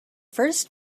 first